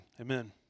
amen